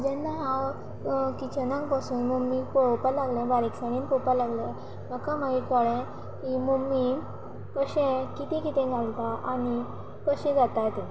जेन्ना हांव किचनाक बोसोन मम्मी पळोवपा लागलें बारीकसाणेन पळोवपा लागले म्हाका मागीर कळ्ळें की मम्मी कशे कितें कितें घालता आनी कशें जाता तें